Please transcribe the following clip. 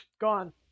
gone